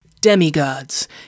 Demigods